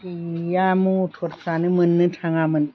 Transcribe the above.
गैया मथरफ्रानो मोननो थाङामोन